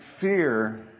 fear